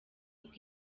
kuko